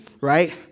Right